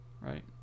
Right